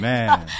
Man